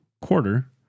quarter